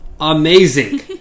amazing